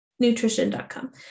nutrition.com